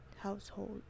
household